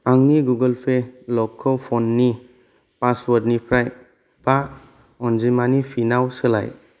आंनि Google Pay लकखौ फननि पासवार्डनिफ्राय बा अनजिमानि पिनाव सोलाय